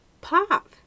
Pop